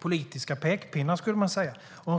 politiska pekpinnar, skulle man kunna säga.